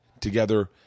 together